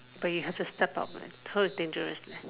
but you have to step up leh cause it's dangerous leh